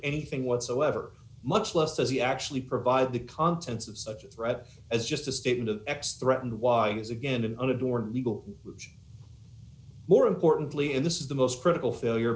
anything whatsoever much less does he actually provide the contents of such a threat as just a statement of x threatened y is again an unadorned legal more importantly and this is the most critical failure